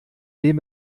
dem